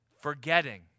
Forgetting